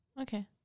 Okay